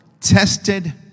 tested